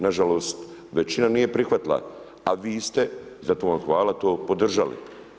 Nažalost, većina nije prihvatila, a vi ste za to vam hvala, to podržali.